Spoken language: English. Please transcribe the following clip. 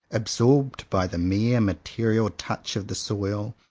absorbed by the mere material touch of the soil,